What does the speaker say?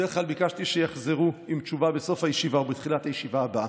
בדרך כלל ביקשתי שיחזרו עם תשובה בסוף הישיבה או בתחילת הישיבה הבאה.